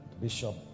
Bishop